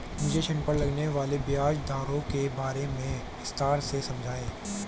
मुझे ऋण पर लगने वाली ब्याज दरों के बारे में विस्तार से समझाएं